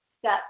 step